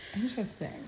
interesting